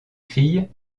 fille